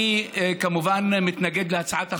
אני כמובן מתנגד להצעת החוק.